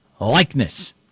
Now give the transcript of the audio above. likeness